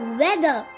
weather